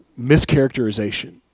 mischaracterization